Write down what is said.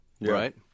Right